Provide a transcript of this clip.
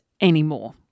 anymore